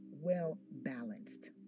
well-balanced